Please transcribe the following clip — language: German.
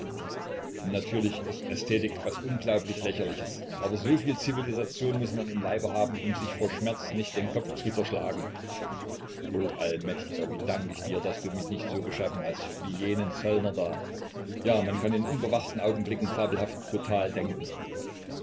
natürlich ist ästhetik etwas unglaublich lächerliches aber so viel zivilisation muß man im leibe haben um sich vor schmerz nicht den kopf zu zerschlagen o allmächtiger wie dank ich dir daß du mich nicht so geschaffen hast wie jenen zöllner da ja man kann in unbewachten augenblicken fabelhaft brutal denken